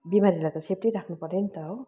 बिमारीलाई त सेफ्टी राख्नुपऱ्यो नि त हो